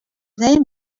name